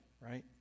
right